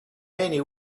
many